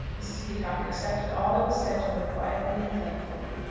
mrs. peacocke accepted all that was said to her quietly and thankfully,